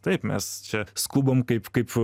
taip mes čia skubam kaip kaip